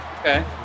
Okay